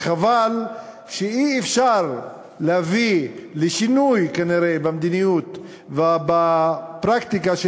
רק חבל שכנראה אי-אפשר להביא לשינוי במדיניות ובפרקטיקה של